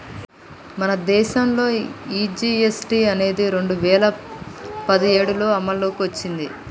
మన దేసంలో ఈ జీ.ఎస్.టి అనేది రెండు వేల పదిఏడులో అమల్లోకి ఓచ్చింది